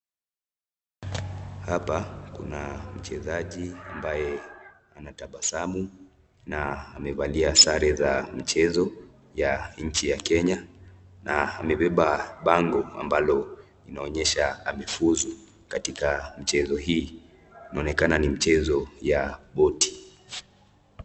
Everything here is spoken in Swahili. Hapa kuna mchezaji ambaye anatabasamu, na amevalia sare za mchezo ya nchi ya Kenya na amebeba bango ambalo inaonyesha amefuzwi katika mchezo hii. Inaonekana ni mchezo ya boti.